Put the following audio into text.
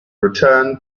return